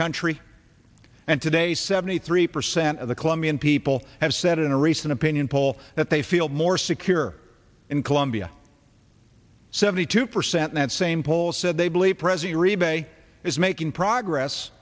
country and today seventy three percent of the colombian people have said in a recent opinion poll that they feel more secure in colombia seventy two percent in that same poll said they believe present a rebate is making progress